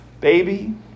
baby